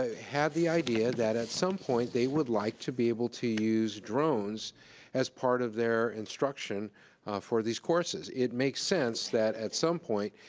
ah had the idea that at some point they would like to be able to use drones as part of their instruction for these courses. it makes sense that at some point,